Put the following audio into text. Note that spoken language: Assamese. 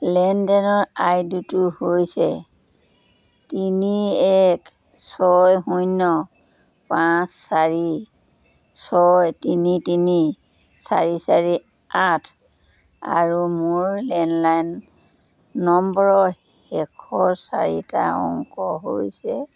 লেনদেনৰ আইডিটো হৈছে তিনি এক ছয় শূন্য পাঁচ চাৰি ছয় তিনি তিনি চাৰি চাৰি আঠ আৰু মোৰ লেণ্ডলাইন নম্বৰৰ শেষৰ চাৰিটা অংক হৈছে